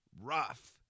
rough